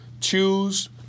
choose